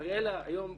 אריאלה, היום,